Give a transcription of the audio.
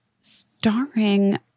starring